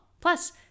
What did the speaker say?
Plus